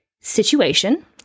situation